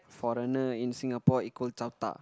foreigner in Singapore equal chao ta